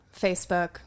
Facebook